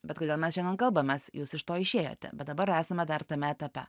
bet kodėl mes šiandien kalbamės jūs iš to išėjote bet dabar esame dar tame etape